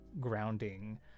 grounding